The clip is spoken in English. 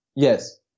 Yes